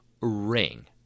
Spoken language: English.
Ring